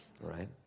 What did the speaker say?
Right